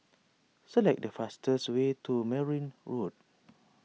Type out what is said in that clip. select the fastest way to Merryn Road